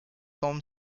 forme